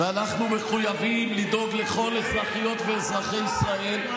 ואנחנו מחויבים לדאוג לכל אזרחיות ואזרחי ישראל,